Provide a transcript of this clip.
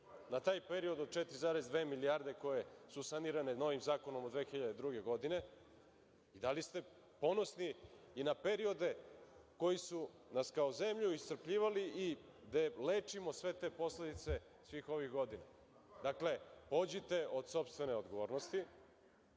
Na taj period od 4,2 milijarde koje su sanirane novim zakonom od 2002. godine, da li ste ponosni i na periode koji su nas kao zemlju iscrpljivali, gde lečimo sve te posledice svih ovih godina. Dakle, pođite od sopstvene odgovornosti,